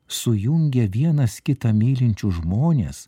sujungia vienas kitą mylinčius žmones